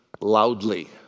loudly